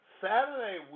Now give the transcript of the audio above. Saturday